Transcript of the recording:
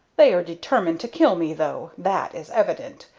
they are determined to kill me though, that is evident,